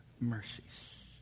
Mercies